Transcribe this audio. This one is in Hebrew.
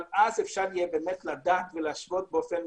אבל אז אפשר יהיה באמת לדעת ולהשוות באופן